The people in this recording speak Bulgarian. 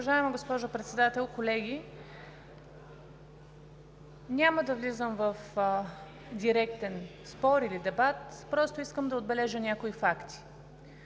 Уважаема госпожо Председател, колеги! Няма да влизам в директен спор или дебат. Искам да отбележа някои факти.